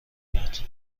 میاد